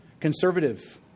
conservative